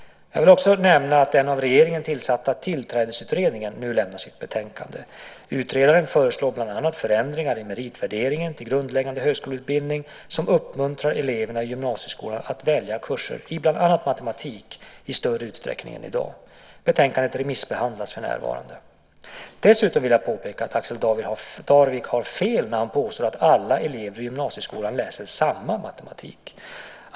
Jag vill också nämna att den av regeringen tillsatta Tillträdesutredningen nu lämnat sitt betänkande. Utredaren föreslår bland annat förändringar i meritvärderingen till grundläggande högskoleutbildning som uppmuntrar eleverna i gymnasieskolan att välja kurser i bland annat matematik i större utsträckning än i dag. Betänkandet remissbehandlas för närvarande. Dessutom vill jag påpeka att Axel Darvik har fel när han påstår att alla elever i gymnasieskolan läser samma matematik.